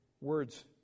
words